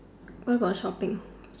why got shopping